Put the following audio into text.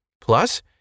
plus